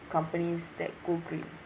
companies that go green